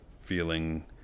feeling